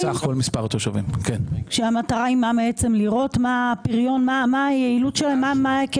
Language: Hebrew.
אנחנו יכולים לראות שהעיר